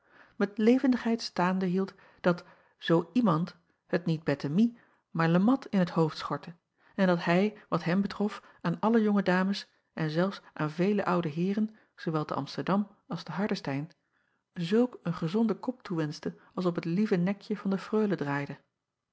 met levendigheid staande hield dat zoo iemand het niet ettemie maar e at in t hoofd schortte en dat hij wat hem betrof aan alle jonge dames en zelfs aan vele oude heeren zoowel te msterdam als te ardestein zulk een gezonden kop toewenschte als op het lieve nekje van de reule draaide